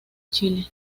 chile